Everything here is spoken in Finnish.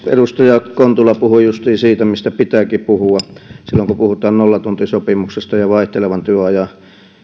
edustaja kontula puhui justiin siitä mistä pitääkin puhua silloin kun puhutaan nollatuntisopimuksista ja vaihtelevan työajan